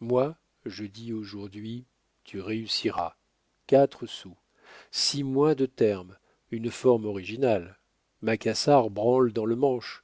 moi je dis aujourd'hui tu réussiras quatre sous six mois de terme une forme originale macassar branle dans le manche